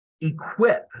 equip